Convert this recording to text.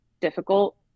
difficult